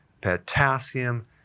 potassium